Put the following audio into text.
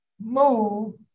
Move